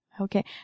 Okay